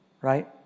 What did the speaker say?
right